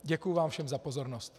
Děkuji vám všem za pozornost.